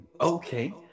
okay